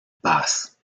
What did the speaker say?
paz